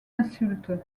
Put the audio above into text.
insultes